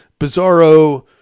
bizarro